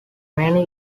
many